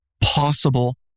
possible